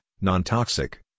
non-toxic